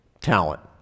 talent